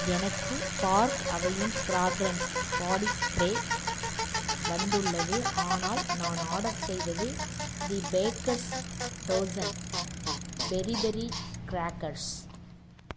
எனக்கு Park Avenue's fragrance body spray வந்துள்ளது ஆனால் நான் ஆர்டர் செய்தது the Baker's Dozen peri peri crackers